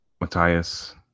Matthias